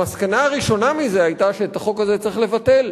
המסקנה הראשונה מזה היתה שאת החוק הזה צריך לבטל,